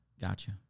Gotcha